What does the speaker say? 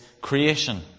creation